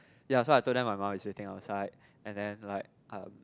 ya so I told them my mum is waiting outside and then like um